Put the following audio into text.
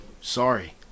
sorry